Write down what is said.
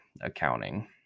accounting